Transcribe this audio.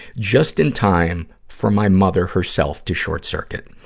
just in time for my mother herself to short-circuit.